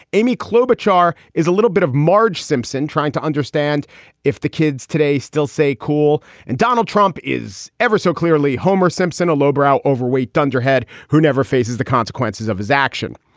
amy klobuchar is a little bit of marge simpson trying to understand if the kids today still say cool and donald trump is ever so clearly. homer simpson, a low brow, overweight dunderhead who never faces the consequences of his action.